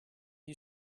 you